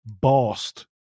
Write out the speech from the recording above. bossed